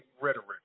rhetoric